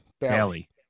Bailey